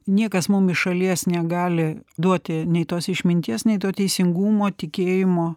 niekas mum iš šalies negali duoti nei tos išminties nei to teisingumo tikėjimo